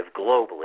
globally